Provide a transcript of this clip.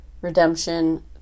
redemption